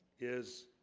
is